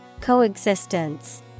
coexistence